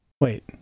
Wait